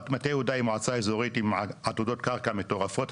מטה יהודה היא מועצה אזורית עם עתודות קרקע מטורפות,